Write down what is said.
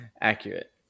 accurate